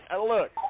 look